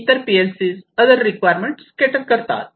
इतर PLC other requirement cater करतात